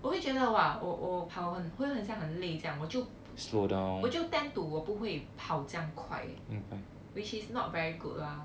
我会觉得 !wah! 我我跑很会很像很累这样我就我就 tend to 我不会跑这样快 which is not very good lah